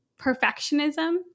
perfectionism